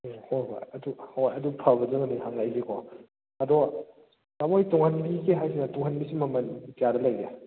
ꯍꯣꯏ ꯍꯣꯏ ꯑꯗꯨ ꯍꯣꯏ ꯑꯗꯨ ꯐꯕꯗꯨꯅꯗꯤ ꯍꯪꯉꯛꯏꯁꯦ ꯀꯣ ꯑꯗꯣ ꯇꯥꯃꯣꯍꯣꯏ ꯇꯨꯡꯍꯟꯕꯤꯒꯤ ꯍꯥꯏꯁꯤꯅ ꯇꯨꯡꯍꯟꯕꯤꯁꯤꯅ ꯃꯃꯟ ꯀꯌꯥꯗ ꯂꯩꯒꯦ